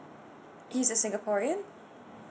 he's a singaporean